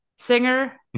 singer